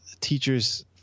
teachers